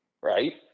right